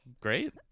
great